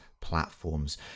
platforms